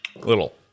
Little